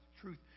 truth